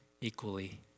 equally